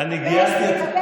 לא,